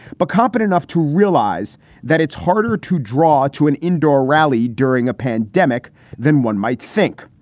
but competent enough to realize that it's harder to draw to an indoor rally during a pandemic than one might think.